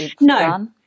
No